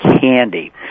Candy